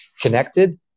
connected